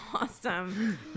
awesome